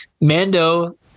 Mando